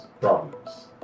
problems